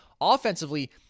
offensively